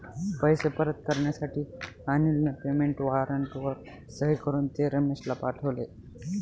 पैसे परत करण्यासाठी अनिलने पेमेंट वॉरंटवर सही करून ते रमेशला पाठवले